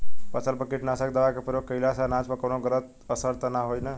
फसल पर कीटनाशक दवा क प्रयोग कइला से अनाज पर कवनो गलत असर त ना होई न?